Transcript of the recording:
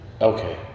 Okay